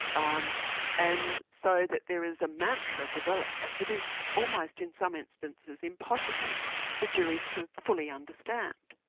um and so that there is a mantra developed that is almost, in some instances, impossible for juries to fully understand.